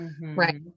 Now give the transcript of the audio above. right